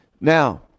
Now